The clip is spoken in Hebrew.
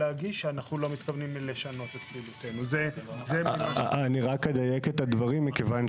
שנים שקל אחד לא הועבר כאשר שמענו כארן שבקופת הקרן יש